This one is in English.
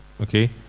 Okay